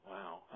Wow